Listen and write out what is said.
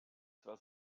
zwar